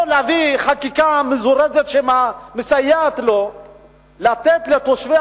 או להביא חקיקה מזורזת שמסייעת לו לתת לתושבי